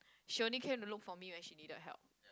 she only came to look for me when she need a help